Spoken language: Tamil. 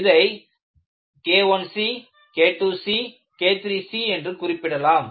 இதை KIc KIIc KIIIc என்று குறிப்பிடலாம்